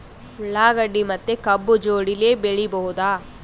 ಉಳ್ಳಾಗಡ್ಡಿ ಮತ್ತೆ ಕಬ್ಬು ಜೋಡಿಲೆ ಬೆಳಿ ಬಹುದಾ?